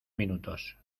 minutos